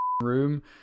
room